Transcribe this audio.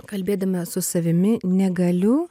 kalbėdama su savimi negaliu